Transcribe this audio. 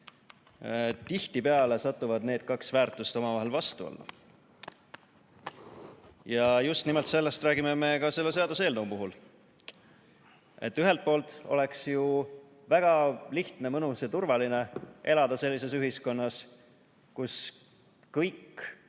ühiskonnas satuvad need kaks väärtust tihtipeale omavahel vastuollu ja just nimelt sellest räägime me ka selle seaduseelnõu puhul. Ühelt poolt oleks ju väga lihtne, mõnus ja turvaline elada sellises ühiskonnas, kus kõik